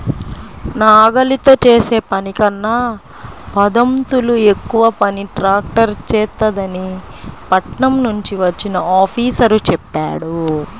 నాగలితో చేసే పనికన్నా పదొంతులు ఎక్కువ పని ట్రాక్టర్ చేత్తదని పట్నం నుంచి వచ్చిన ఆఫీసరు చెప్పాడు